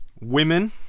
women